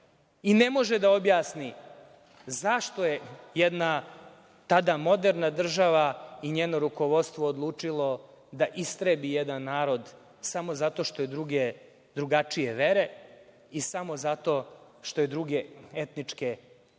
i ne može da objasni zašto je jedna tada moderna država i njeno rukovodstvo odlučilo da istrebi jedan narod zato što je drugačije vere i samo zato što je druge etničke